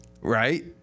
Right